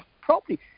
properly